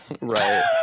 right